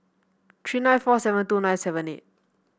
three nine four seven two nine seven eight